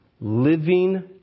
living